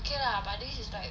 okay lah but this is like